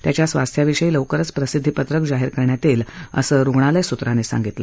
त्याच्या स्वास्थ्याविषयी लौकरच प्रसिद्दिपत्रक जाहीर करण्यात येईल असं रुग्णालय सूत्रांनी सांगितलं